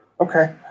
Okay